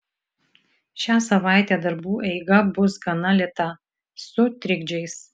šią savaitę darbų eiga bus gana lėta su trikdžiais